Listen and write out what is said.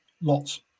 Lots